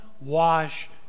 wash